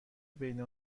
بین